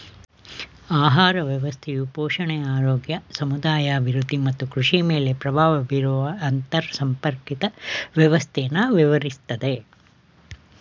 ಆಹಾರ ವ್ಯವಸ್ಥೆಯು ಪೋಷಣೆ ಆರೋಗ್ಯ ಸಮುದಾಯ ಅಭಿವೃದ್ಧಿ ಮತ್ತು ಕೃಷಿಮೇಲೆ ಪ್ರಭಾವ ಬೀರುವ ಅಂತರ್ಸಂಪರ್ಕಿತ ವ್ಯವಸ್ಥೆನ ವಿವರಿಸ್ತದೆ